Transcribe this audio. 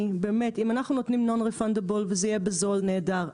אנחנו נותנים non-refundable וזה יהיה בזול נהדר,